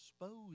expose